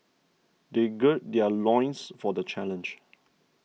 they gird their loins for the challenge